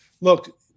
look